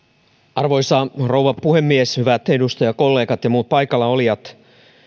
arvoisa rouva puhemies hyvät edustajakollegat ja muut paikallaolijat